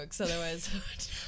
otherwise